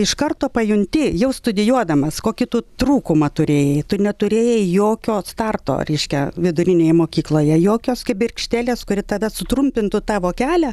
iš karto pajunti jau studijuodamas kokį tu trūkumą turėjai tu neturėjai jokio starto reiškia vidurinėj mokykloje jokios kibirkštėlės kuri tave sutrumpintų tavo kelią